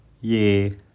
Yay